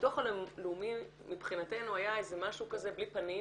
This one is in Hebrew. הביטוח הלאומי מבחינתנו היה איזה משהו כזה בלי פנים